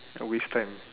a waste time